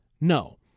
No